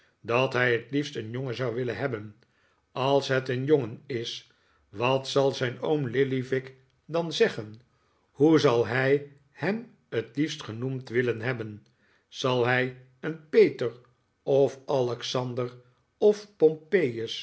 dat hij t liefst een jongen zou willen hebben als het een jongen is wat zal zijn oom lillyvick dan zeggen hoe zal hij hem t liefst genoemd willen hebben zal hij een peter of alexander of